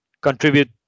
contribute